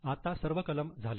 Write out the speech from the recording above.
आता सर्वे कलम झाले